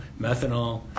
methanol